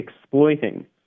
exploiting